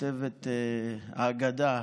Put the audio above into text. כותבת ההגדה: